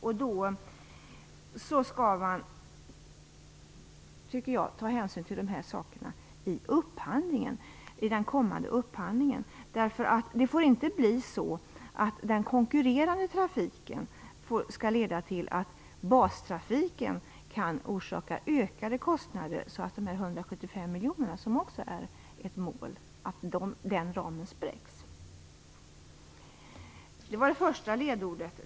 Jag tycker då att man skall ta hänsyn till de sakerna i den kommande upphandlingen. Det får nämligen inte bli så att den konkurrerande trafiken leder till att bastrafiken orsakar ökade kostnader, så att ramen om 175 miljoner kronor, som också är ett mål, spräcks. Det var det första ledordet.